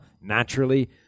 naturally